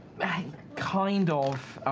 kind of.